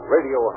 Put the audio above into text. Radio